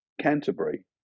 canterbury